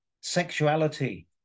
sexuality